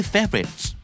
Favorites